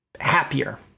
happier